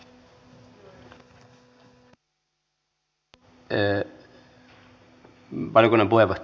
valiokunnan puheenjohtaja vastauspuheenvuoro